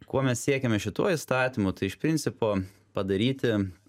kuo mes siekiame šituo įstatymu tai iš principo padaryti